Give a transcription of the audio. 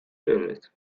toilets